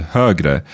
högre